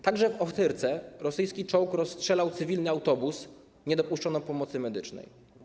Także w Ochtyrce rosyjski czołg rozstrzelał cywilny autobus, nie dopuszczono pomocy medycznej.